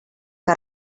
que